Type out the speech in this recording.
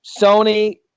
Sony